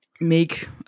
make